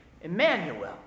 Emmanuel